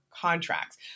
contracts